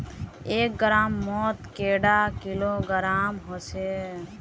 एक ग्राम मौत कैडा किलोग्राम होचे?